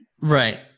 Right